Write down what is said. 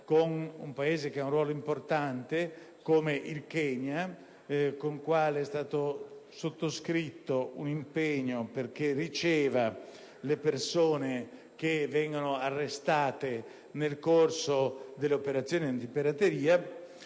il Kenya, che ha un ruolo importante e con il quale è stato sottoscritto un impegno perché riceva le persone che vengono arrestate nel corso delle operazioni di pirateria.